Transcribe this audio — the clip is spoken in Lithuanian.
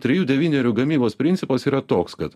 trejų devynerių gamybos principas yra toks kad